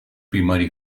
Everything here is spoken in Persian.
بیماری